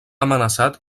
amenaçat